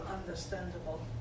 understandable